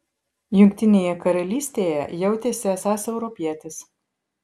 jungtinėje karalystėje jautėsi esąs europietis